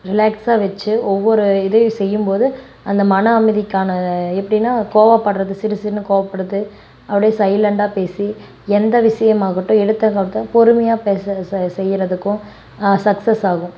ரிலாக்ஸாக வச்சு ஒவ்வொரு இதையும் செய்யும் போதும் அந்த மன அமைதிக்கான எப்டின்னால் கோவப்படுறது சிடுசிடுன்னு கோபப்படுது அப்படியே சைலண்டாக பேசி எந்த விஷயமாகட்டும் எடுத்தோம் கவித்தோம் பொறுமையாக பேசுவது செய்கிறதுக்கும் சக்ஸஸ் ஆகும்